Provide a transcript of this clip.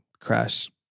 crash